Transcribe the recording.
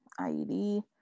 IED